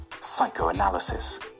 psychoanalysis